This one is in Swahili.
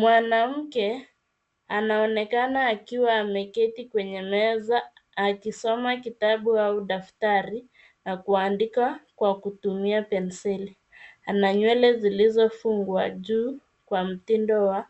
Mwanamke anaonekana akiwa ameketi kwenye meza, akisoma kitabu au daftari, na kuandika kwa kutumia penseli. Ana nywele zilizofungwa juu kwa mtindo wa